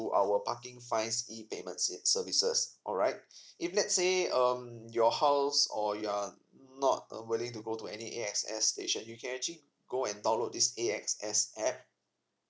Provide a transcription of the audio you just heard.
our parking fines E payment ser~ services alright if let's say um your house or your are not willing to go to any A_X_S station you can actually go and download this A_X_S app